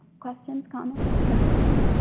questions? comments? concerns?